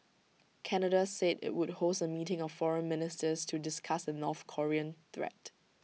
Canada said IT would host A meeting of foreign ministers to discuss the north Korean threat